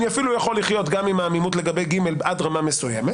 אפילו יכול לחיות גם עם העמימות לגבי ג' עד רמה מסוימת